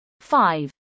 five